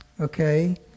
okay